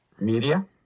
Media